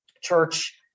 Church